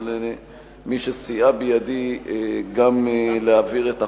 ולמי שסייעה בידי גם להעביר את החוק,